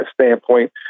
standpoint